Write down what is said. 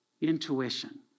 Intuition